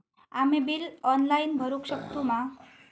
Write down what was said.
आम्ही bill online भरुक शकतू मा?